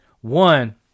one